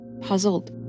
puzzled